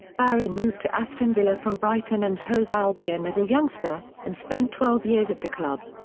barry moved to aston villa from brighton and hove albion as a youngster, and spent twelve years at the club.